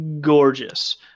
gorgeous